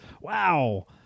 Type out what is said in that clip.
Wow